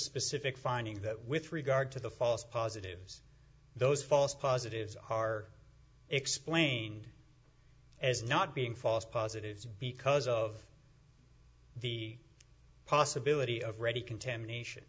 specific finding that with regard to the false positives those false positives are explained as not being false positives because of the possibility of ready contamination